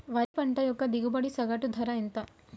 వరి పంట యొక్క దిగుబడి సగటు ధర ఎంత?